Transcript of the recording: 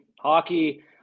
Hockey